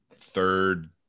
third